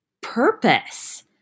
purpose